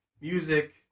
music